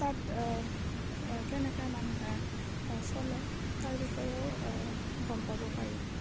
তাত কেনেকৈ মানুহে চলে তাৰ বিষয়েও গম পাব পাৰি